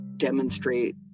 demonstrate